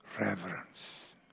reverence